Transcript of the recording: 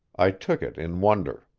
i took it in wonder.